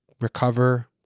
recover